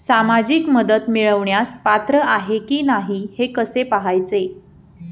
सामाजिक मदत मिळवण्यास पात्र आहे की नाही हे कसे पाहायचे?